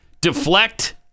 Deflect